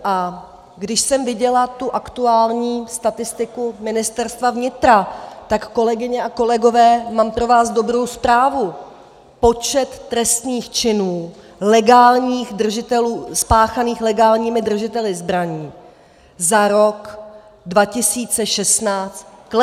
A když jsem viděla tu aktuální statistiku Ministerstva vnitra, tak kolegyně a kolegové, mám pro vás dobrou zprávu počet trestných činů spáchaných legálními držiteli zbraní za rok 2016 klesl!